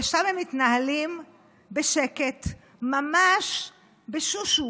ושם הם מתנהלים בשקט, ממש בשושו,